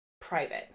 private